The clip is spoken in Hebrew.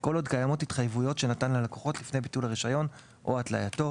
כל עוד קיימות התחייבויות שנתן ללקוחות לפני ביטול הרישיון או התלייתו.